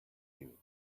you